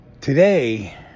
today